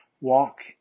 Walk